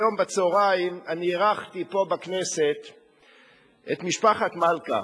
היום בצהריים אני אירחתי פה בכנסת את משפחת מלכה.